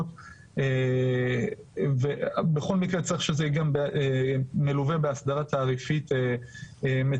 אבל בכל מקרה צריך שזה יהיה גם מלווה באסדרה תעריפית מתמרצת.